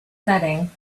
setting